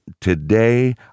today